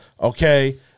Okay